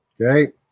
Okay